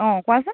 অঁ কোৱাচোন